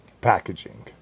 packaging